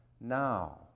now